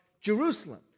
Jerusalem